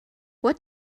what